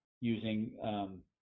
using